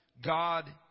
God